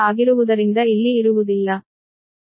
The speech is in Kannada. ಆಗಿರುವುದರಿಂದ ಇಲ್ಲಿ ಇರುವುದಿಲ್ಲ